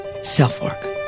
Self-Work